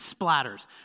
splatters